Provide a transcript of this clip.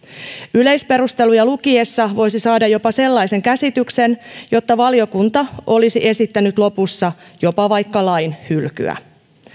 yleisperusteluja lukiessa voisi saada jopa sellaisen käsityksen että valiokunta olisi esittänyt lopussa vaikka lain hylkyä